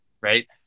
right